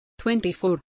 24